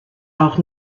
auch